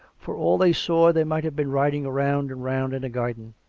for all they saw, they might have been riding round and round in a garden.